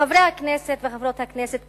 חברי הכנסת וחברות הכנסת,